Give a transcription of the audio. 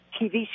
TV